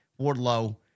Wardlow